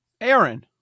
aaron